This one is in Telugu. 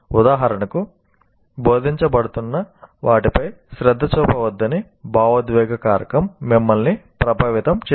ఉదాహరణకు బోధించబడుతున్న వాటిపై శ్రద్ధ చూపవద్దని భావోద్వేగ కారకం మిమ్మల్ని ప్రభావితం చేస్తుంది